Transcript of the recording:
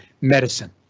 medicine